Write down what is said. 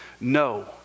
No